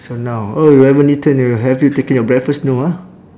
so now oh you haven't eaten you have you taken your breakfast no ah